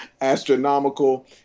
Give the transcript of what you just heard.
astronomical